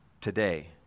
today